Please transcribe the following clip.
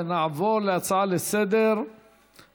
ונעבור להצעות לסדר-היום.